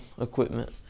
equipment